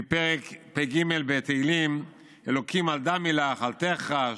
מפרק פ"ג בתהילים: "אלוקים, אל דמי לך, אל תחרש,